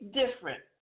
different